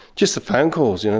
just the phone calls, you know